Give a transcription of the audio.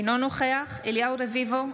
אינו נוכח אליהו רביבו,